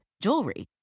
jewelry